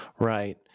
Right